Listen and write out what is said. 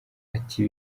ati